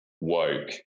woke